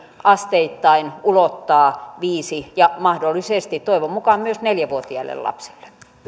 asteittain ulottaa viisi vuotiaille ja mahdollisesti toivon mukaan myös neljä vuotiaille lapsille myönnän